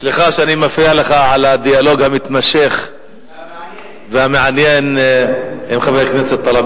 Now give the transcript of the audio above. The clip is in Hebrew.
סליחה שאני מפריע לך בדיאלוג המתמשך והמעניין עם חבר הכנסת טלב